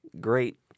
great